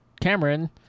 Cameron